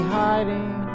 hiding